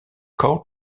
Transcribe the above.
court